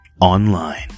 online